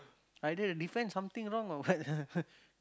I did defend something wrong or what